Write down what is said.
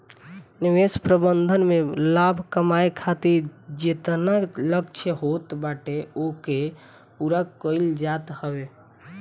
निवेश प्रबंधन में लाभ कमाए खातिर जेतना लक्ष्य होत बाटे ओके पूरा कईल जात हवे